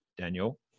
Daniel